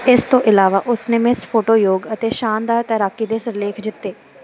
ਇਸ ਤੋਂ ਇਲਾਵਾ ਉਸ ਨੇ ਮਿਸ ਫੋਟੋ ਯੋਗ ਅਤੇ ਸ਼ਾਨਦਾਰ ਤੈਰਾਕੀ ਦੇ ਸਿਰਲੇਖ ਜਿੱਤੇ